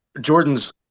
Jordan's